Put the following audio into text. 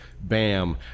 bam